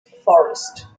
forest